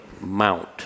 mount